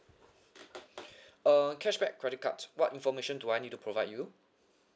uh cashback credit cards what information do I need to provide you